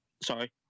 Sorry